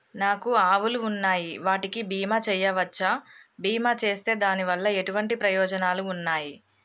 నాకు ఆవులు ఉన్నాయి వాటికి బీమా చెయ్యవచ్చా? బీమా చేస్తే దాని వల్ల ఎటువంటి ప్రయోజనాలు ఉన్నాయి?